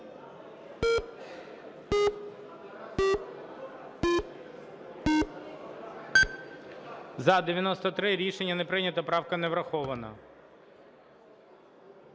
За-93 Рішення не прийнято. Правка не врахована.